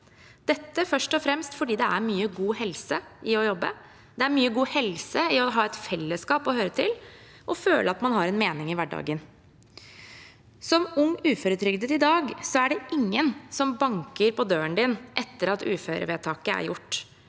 det først og fremst er mye god helse i å jobbe. Det er mye god helse i å ha et fellesskap å høre til og å føle at man har en mening i hverdagen. Som ung uføretrygdet er det i dag ingen som banker på døren din etter at uførevedtaket er gjort.